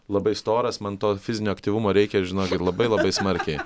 labai storas man to fizinio aktyvumo reikia žinokit labai labai smarkiai